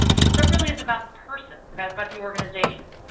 so it really is about the person, about but the organization.